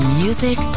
music